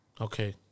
okay